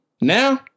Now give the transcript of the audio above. Now